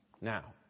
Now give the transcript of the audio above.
Now